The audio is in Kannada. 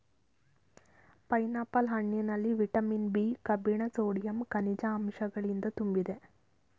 ಪೈನಾಪಲ್ ಹಣ್ಣಿನಲ್ಲಿ ವಿಟಮಿನ್ ಬಿ, ಕಬ್ಬಿಣ ಸೋಡಿಯಂ, ಕನಿಜ ಅಂಶಗಳಿಂದ ತುಂಬಿದೆ